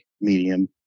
medium